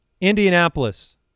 Indianapolis